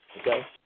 okay